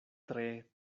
tre